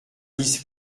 dix